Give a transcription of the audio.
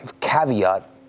caveat